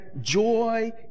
joy